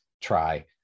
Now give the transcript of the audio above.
try